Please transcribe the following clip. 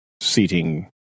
seating